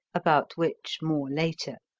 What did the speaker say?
about which more later.